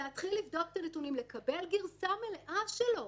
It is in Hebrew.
להתחיל לבדוק את הנתונים, לקבל גרסה מלאה שלו,